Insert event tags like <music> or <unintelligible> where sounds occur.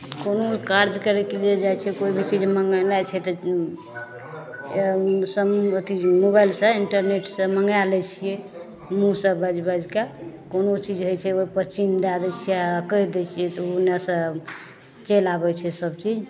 कोनो कार्य करयके लिये जाइ छै कोइ भी चीज मँगेनाइ छै तऽ <unintelligible> अथी मोबाइलसँ इंटरनेटसँ मँगाय लै छियै मुँहसँ बाजि बाजिकऽ कोनो चीज होइ छै ओइपर चिन्ह दए दै छियै आओर कहि दै छियै तऽ उ ओनेसँ चलि आबय छै सबचीज